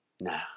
now